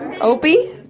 Opie